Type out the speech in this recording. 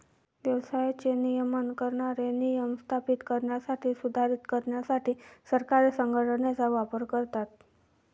व्यवसायाचे नियमन करणारे नियम स्थापित करण्यासाठी, सुधारित करण्यासाठी सरकारे संघटनेचा वापर करतात